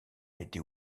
été